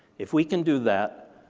if we can do that,